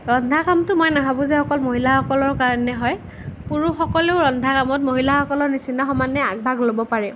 ৰন্ধা কামটো মই নাভাবোঁ যে অকল মহিলাসকলৰ কাৰণে হয় পুৰুষসকলেও ৰন্ধাৰ কামত মহিলাসকলৰ নিচিনা সমানে আগভাগ ল'ব পাৰে